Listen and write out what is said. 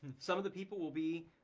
some of the people will be,